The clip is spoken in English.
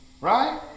right